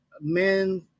men